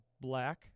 Black